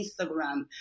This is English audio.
Instagram